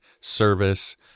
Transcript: service